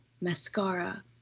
mascara